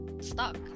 stuck